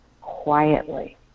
quietly